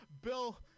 Bill